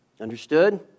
Understood